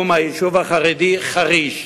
היישוב החרדי חריש.